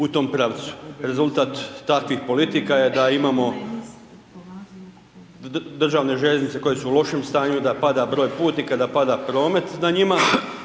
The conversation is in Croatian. u tom pravcu. Rezultat takvih politika je da imamo državne željeznice koje su u lošem stanju, da pada broj putnika, da pada promet na njima,